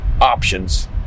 options